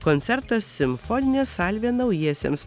koncertas simfoninė salvė naujiesiems